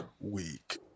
week